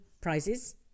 prizes